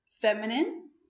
feminine